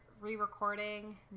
re-recording